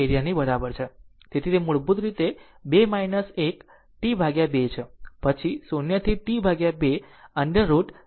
તેથી આ મૂળરૂપે આ 2 1 t 2 છે પછી 0 થી t 2 2√1T2 બરાબર